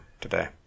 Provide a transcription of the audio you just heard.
today